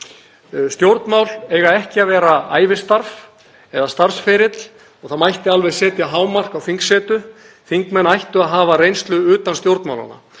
Stjórnmál eiga ekki að vera ævistarf eða starfsferill og það mætti alveg setja hámark á þingsetu. Þingmenn ættu að hafa reynslu utan stjórnmálanna.